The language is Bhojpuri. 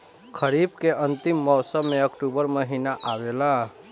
खरीफ़ के अंतिम मौसम में अक्टूबर महीना आवेला?